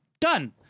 done